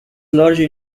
largely